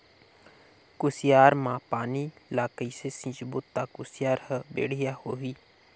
कुसियार मा पानी ला कइसे सिंचबो ता कुसियार हर बेडिया होही?